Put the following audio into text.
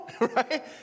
right